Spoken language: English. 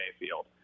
Mayfield